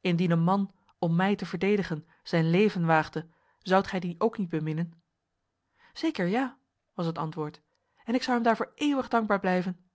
indien een man om mij te verdedigen zijn leven waagde zoudt gij die ook niet beminnen zeker ja was het antwoord en ik zou hem daarvoor eeuwig dankbaar blijven